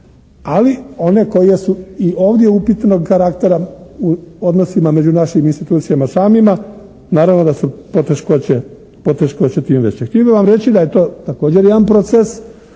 Ali one koje su i ovdje upitnog karaktera u odnosima među našim institucijama samima, naravno da su poteškoće tim veće. Htio bi vam reći da je to također jedan proces